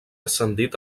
ascendit